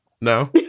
No